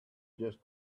just